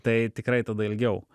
tai tikrai tada ilgiau